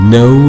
no